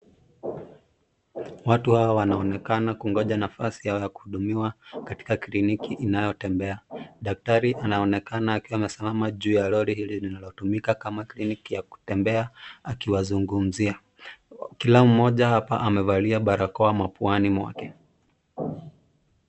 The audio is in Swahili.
Watu hawa wanaonekana kungoja nafasi ya kuhudumiwa katika kliniki inayotembea. Daktari anaonekana akiwa amesimama juu ya lori hili, linalotumika kama kliniki ya kutembea akiwazungumzia. Kila mmoja hapa amevalia barakoa mapuani mwake.